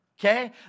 Okay